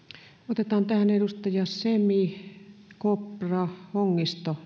otetaan tähän edustajat semi kopra hongisto